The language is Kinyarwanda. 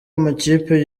amakipe